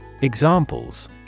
Examples